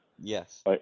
Yes